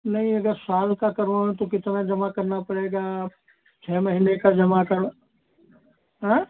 नहीं अगर साल का करवावें तो कितना जमा करना पड़ेगा छः महीने का जमा कर